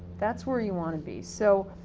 that's where you wanna be. so,